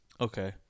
Okay